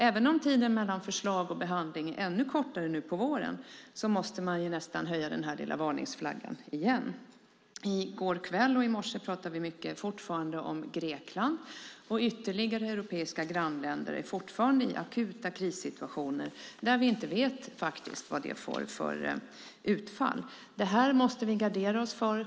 Även om tiden mellan förslag och behandling är kortare på våren måste vi nog höja varningsflaggan igen. I går kväll och i morse talade vi mycket om Grekland. Ytterligare europeiska länder är fortfarande i akut krissituation, och vi vet inte vad utfallet blir. Detta måste vi givetvis gardera oss mot.